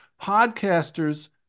podcasters